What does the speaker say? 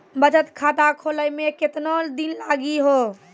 बचत खाता खोले मे केतना दिन लागि हो?